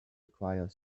acquire